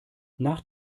nach